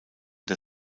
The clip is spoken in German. der